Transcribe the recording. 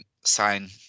sign